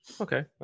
Okay